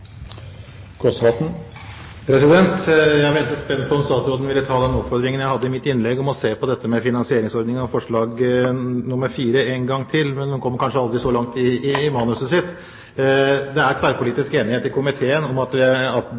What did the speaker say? Jeg ventet spent på om statsråden ville ta den oppfordringen jeg kom med i mitt innlegg om å se på dette med finansieringsordningen som vi foreslår i forslag nr. 4, én gang til, men hun kom kanskje aldri så langt i manuset sitt. Det er tverrpolitisk enighet i komiteen om at